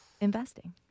investing